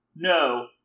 No